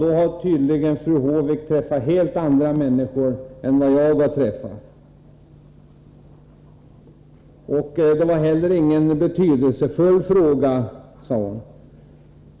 Då har tydligen fru Håvik träffat helt andra människor än dem jag har talat med. Det är heller ingen betydelsefull fråga, sade hon vidare.